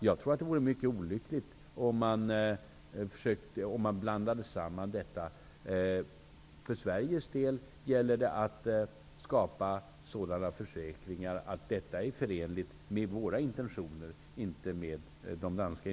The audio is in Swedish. Det vore mycket olyckligt om man blandade samman detta. För Sveriges del gäller det att skaffa sig försäkringar som är förenliga med våra intentioner och inte med de danska.